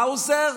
האוזר,